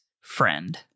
friend